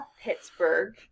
Pittsburgh